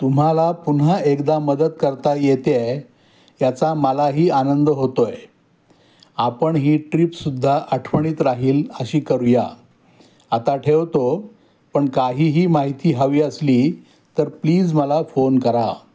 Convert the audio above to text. तुम्हाला पुन्हा एकदा मदत करता येते आहे याचा मलाही आनंद होतो आहे आपण ही ट्रीपसुद्धा आठवणीत राहील अशी करूया आता ठेवतो पण काहीही माहिती हवी असली तर प्लीज मला फोन करा